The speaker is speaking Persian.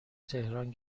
تهران